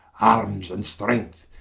armes, and strength,